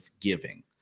giving